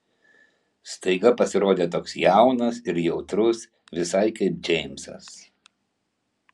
staiga pasirodė toks jaunas ir jautrus visai kaip džeimsas